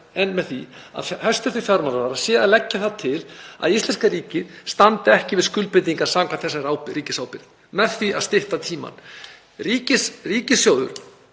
annað en að hæstv. fjármálaráðherra sé að leggja það til að íslenska ríkið standi ekki við skuldbindingar samkvæmt þessari ríkisábyrgð með því að stytta tímann. Ríkissjóður